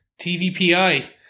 TVPI